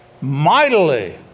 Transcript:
mightily